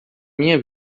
minha